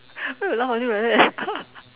why you laugh until like that